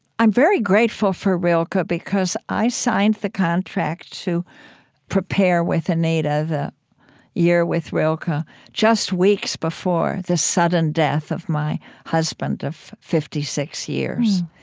i'm very grateful for rilke ah because i signed the contract to prepare with anita the year with rilke ah just weeks before the sudden death of my husband of fifty six years.